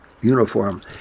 uniform